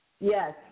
Yes